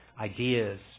ideas